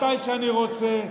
מתי שאני רוצה,